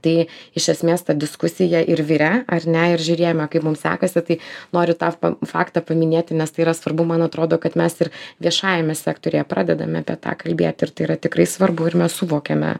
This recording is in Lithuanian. tai iš esmės ta diskusija ir virė ar ne ir žiūrėjome kaip mum sekasi tai noriu tą faktą paminėti nes tai yra svarbu man atrodo kad mes ir viešajame sektoriuje pradedame apie tą kalbėti ir tai yra tikrai svarbu ir mes suvokiame